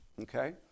okay